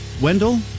Wendell